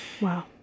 Wow